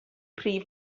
prif